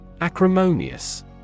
Acrimonious